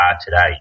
today